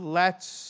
lets